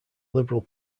liberal